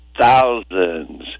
thousands